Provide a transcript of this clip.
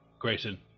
Grayson